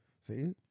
See